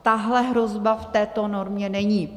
Tahle hrozba v této normě není.